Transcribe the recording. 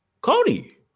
Cody